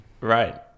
Right